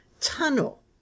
tunnel